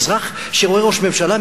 אזרח שרואה ראש ממשלה,